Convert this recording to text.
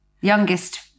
youngest